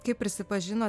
kaip prisipažino